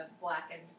blackened